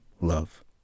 love